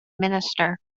minister